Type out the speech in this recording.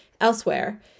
Elsewhere